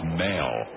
male